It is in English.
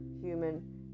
human